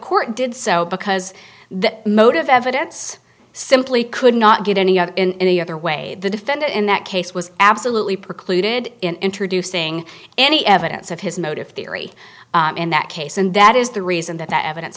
court did so because the motive evidence simply could not get any other in any other way the defendant in that case was absolutely precluded in introducing any evidence of his motive theory in that case and that is the reason that the evidence